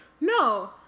No